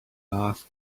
asked